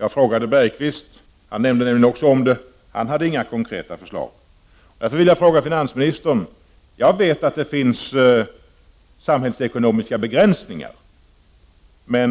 Jag frågade Jan Bergqvist eftersom han också nämnde detta, men han hade inga konkreta förslag. Jag är medveten om att det finns samhällsekonomiska begränsningar. Jag